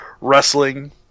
wrestling